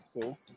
cool